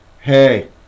hey